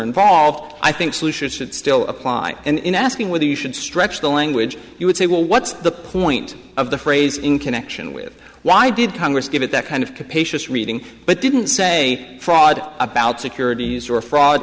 involved i think solutions should still apply and in asking whether you should stretch the language you would say well what's the point of the phrase in connection with why did congress give it that kind of capacious reading but didn't say fraud about securities or fraud